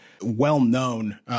well-known